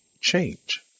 change